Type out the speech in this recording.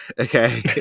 Okay